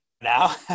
now